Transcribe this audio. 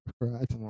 Right